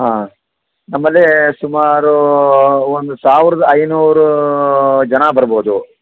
ಹಾಂ ನಮ್ಮಲ್ಲಿ ಸುಮಾರು ಒಂದು ಸಾವಿರದ ಐನೂರು ಜನ ಬರ್ಬೋದು